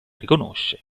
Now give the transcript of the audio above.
riconosce